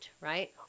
right